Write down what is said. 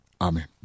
Amen